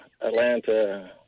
Atlanta